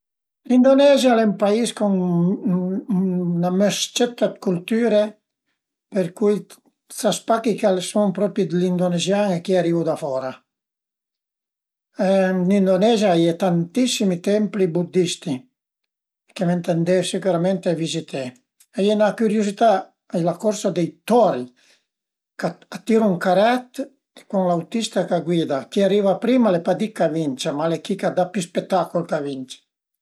Ricordu 'na partìa a boce, i giugavu cuntra 'na scuadra pi forta dë mi e me sociu e a ün certo punto li a set'ure vëntazìa ënterumpi la partìa perché al era ubligatori andé a sin-a e i eru ën vantage, l'uma fait ün bucun dë sin-a e dopu sin-a l'uma tacà turna a giöghi për finì la partìa e mi e me sociu l'uma pa pi capine üna e l'uma perdü